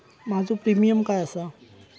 माझो प्रीमियम काय आसा?